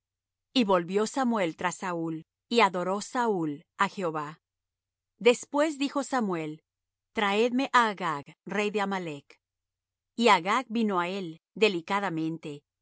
y volvió samuel tras saúl y adoró saúl á jehová después dijo samuel traedme á agag rey de amalec y agag vino á él delicadamente